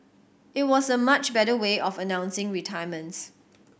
it was a much better way of announcing retirements